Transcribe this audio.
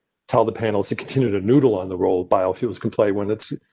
tell the panels to continue to noodle on the roll. biofilms can play when it's.